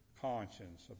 conscience